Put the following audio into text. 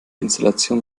installation